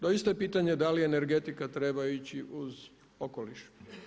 Doista je pitanje da li energetika treba ići uz okoliš?